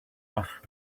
off